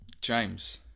James